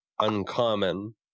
uncommon